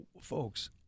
folks